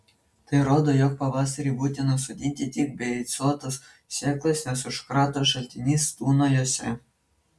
tai rodo jog pavasarį būtina sodinti tik beicuotas sėklas nes užkrato šaltinis tūno jose